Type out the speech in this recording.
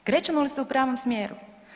Krećemo li se u pravom smjeru?